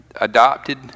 adopted